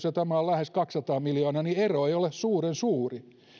ja tämä on lähes kaksisataa miljoonaa niin ero ei ole suuren suuri